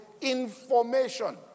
information